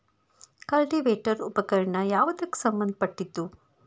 Cultivator ಉಪಕರಣ ಯಾವದಕ್ಕ ಸಂಬಂಧ ಪಟ್ಟಿದ್ದು?